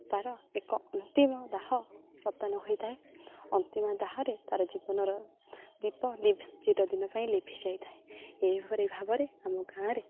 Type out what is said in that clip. ତା'ର ଏକ ଅନ୍ତିମ ଦାହ ପତନ ହୋଇଥାଏ ଅନ୍ତିମ ଦାହରେ ତା'ର ଜୀବନର ଦୀପ ଚିର ଦିନ ପାଇଁ ଲିଭିି ଯାଇଥାଏ ଏହିପରି ଭାବରେ ଆମ ଗାଁରେ